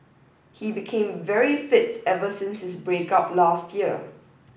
he became very fit ever since his break up last year